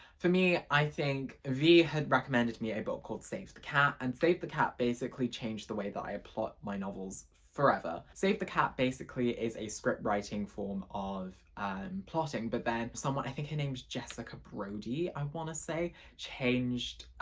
for me i think vee had recommended me a book called save the cat and save the cat basically changed the way that i plot my novels forever save the cat basically is a script writing form of um plotting but then someone i think her name is jessica brody. i want to say changed